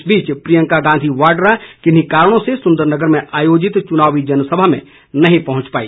इस बीच प्रियंका गांधी वाड्रा किन्हीं कारणों से सुंदरनगर में आयोजित चुनावी जनसभा में नहीं पहुंच पाई